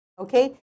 okay